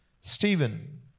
Stephen